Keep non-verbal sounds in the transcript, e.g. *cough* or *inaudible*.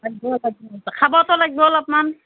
*unintelligible* খাবতো লাগিব অলপমান